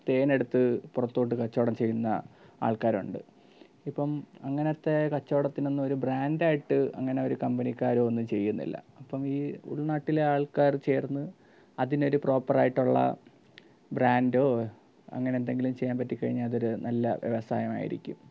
തേനെടുത്തു പുറത്തോട്ടു കച്ചവടം ചെയ്യുന്ന ആൾക്കാരുണ്ട് ഇപ്പം അങ്ങനത്തെ കച്ചവടത്തിനൊന്നുമൊരു ബ്രാൻറ്റായിട്ട് അങ്ങനെ ഒരു കമ്പനിക്കാരോ ഒന്നും ചെയ്യുന്നില്ല അപ്പം ഈ ഉൾനാട്ടിലെ ആൾക്കാർ ചേർന്ന് അതിനൊരു പ്രോപ്പറായിട്ടുള്ള ബ്രാൻറ്റോ അങ്ങനെയെന്തെങ്കിലും ചെയ്യാൻ പറ്റിക്കഴിഞ്ഞാൽ അതൊരു നല്ല വ്യവസായം ആയിരിക്കും